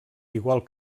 igual